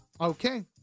Okay